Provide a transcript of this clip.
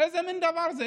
איזה מין דבר זה?